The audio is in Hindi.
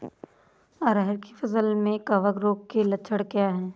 अरहर की फसल में कवक रोग के लक्षण क्या है?